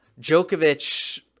Djokovic